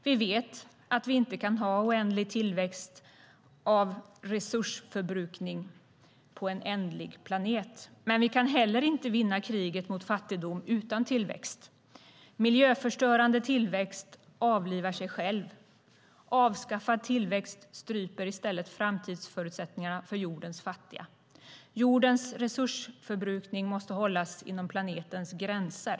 Vi vet att vi inte kan ha oändlig tillväxt av resursförbrukning på en ändlig planet, men vi kan inte heller vinna kriget mot fattigdomen utan tillväxt. Miljöförstörande tillväxt avlivar sig själv. Avskaffad tillväxt stryper i stället framtidsförutsättningen för jordens fattiga. Jordens resursförbrukning måste hållas inom planetens gränser.